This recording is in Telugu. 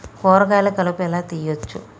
కూరగాయలలో కలుపు ఎలా తీయచ్చు?